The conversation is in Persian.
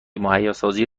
مهیاسازی